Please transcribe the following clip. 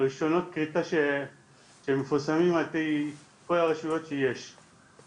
רישיונות כריתה שמפורסמים על ידי כל הרשויות יש.